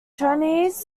chinese